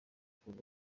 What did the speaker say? kuri